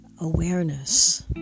awareness